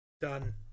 Done